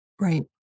Right